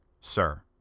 sir